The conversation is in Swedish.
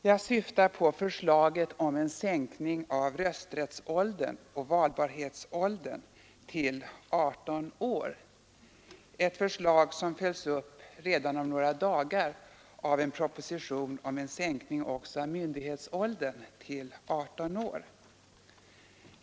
Jag syftar på förslaget om en sänkning av rösträttsåldern och valbarhetsåldern till 18 år, ett förslag som följs upp redan om några dagar av en proposition om sänkning också av myndighetsåldern till 18 år.